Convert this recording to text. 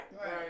Right